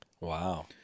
Wow